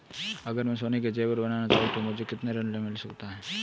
अगर मैं सोने के ज़ेवर बनाना चाहूं तो मुझे ऋण मिल सकता है?